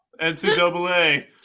NCAA